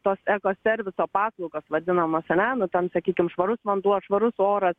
tos eko serviso paslaugos vadinamos ane nu ten sakykim švarus vanduo švarus oras